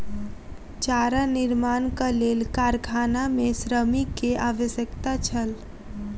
चारा निर्माणक लेल कारखाना मे श्रमिक के आवश्यकता छल